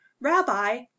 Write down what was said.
Rabbi